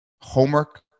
homework